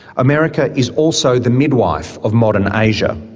america is also the midwife of modern asia.